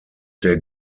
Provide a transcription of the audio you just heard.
der